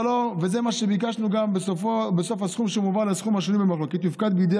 וזה גם מה שביקשנו: בסוף הסכום שמעבר לסכום השנוי במחלוקת יופקד בידי